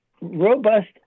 robust